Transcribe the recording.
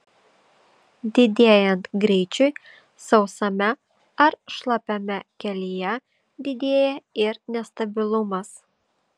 didėjant greičiui sausame ar šlapiame kelyje didėja ir nestabilumas